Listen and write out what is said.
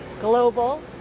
global